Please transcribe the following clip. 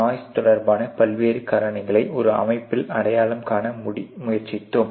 noise தொடர்பான பல்வேறு காரணிகளை ஒரு அமைப்பில் அடையாளம் காண முயற்சித்தோம்